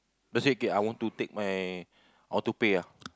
let say okay I want to take my I want to pay ah